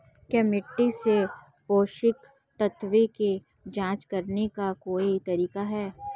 क्या मिट्टी से पोषक तत्व की जांच करने का कोई तरीका है?